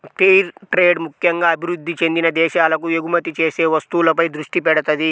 fair trade ముక్కెంగా అభివృద్ధి చెందిన దేశాలకు ఎగుమతి చేసే వస్తువులపై దృష్టి పెడతది